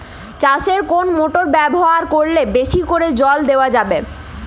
চাষে কোন মোটর ব্যবহার করলে বেশী করে জল দেওয়া যাবে?